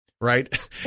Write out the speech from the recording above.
right